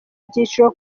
byiciro